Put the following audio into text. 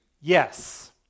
Yes